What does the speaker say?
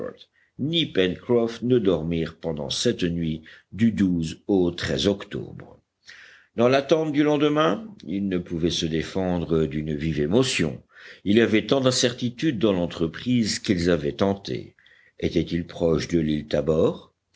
ne dormirent pendant cette nuit du au octobre dans l'attente du lendemain ils ne pouvaient se défendre d'une vive émotion il y avait tant d'incertitudes dans l'entreprise qu'ils avaient tentée étaient-ils proche de l'île tabor